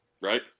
Right